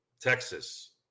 Texas